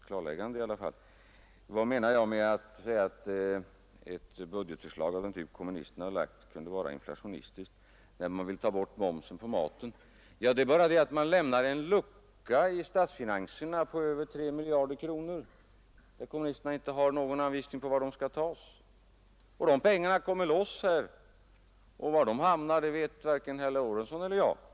Herr Lorentzon undrade vad jag menar med att säga att ett budgetförslag av den typ som kommunisterna lagt fram, där man vill ta bort momsen på mat, är inflationistiskt. Jo, man lämnar en lucka i statsfinanserna på över 3 miljarder kronor, och kommunisterna har inte någon anvisning på var de pengarna skall tas. Dessa pengar skulle alltså komma loss, och var de hamnar vet varken herr Lorentzon eller jag.